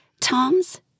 Tom's